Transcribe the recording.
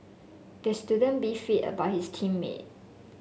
the student beefed about his team mate